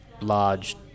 large